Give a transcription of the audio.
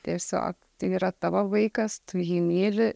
tiesiog tai yra tavo vaikas tu jį myli